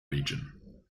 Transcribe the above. region